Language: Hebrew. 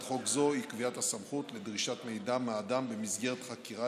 חוק זו היא קביעת הסמכות לדרישת מידע מאדם במסגרת חקירה